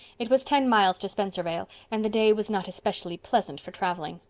it was ten miles to spencervale and the day was not especially pleasant for traveling.